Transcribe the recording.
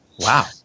Wow